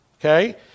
okay